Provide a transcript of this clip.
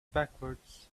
backwards